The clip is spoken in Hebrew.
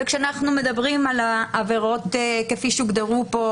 כשאנחנו מדברים על העבירות כפי שהוגדרו פה,